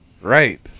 Right